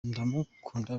ndamukunda